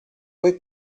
poi